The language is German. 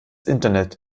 internet